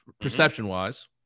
perception-wise